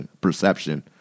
perception